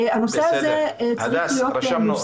הנושא הזה צריך להיות מוסדר.